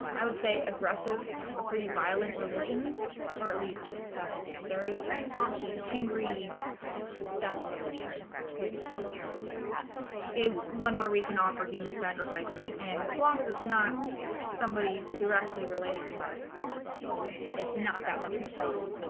i would say aggressive a pretty violent religion or at least that's the stereotype the tengri stepped religion paganism here is one where we can offer human sacrifices and as long as it's not somebody directly related to us it's not that much of a problem